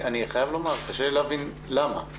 אני חייב לומר שקשה לי להבין למה.